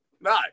No